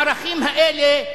הערכים האלה,